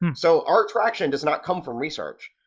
so our retraction does not come from research.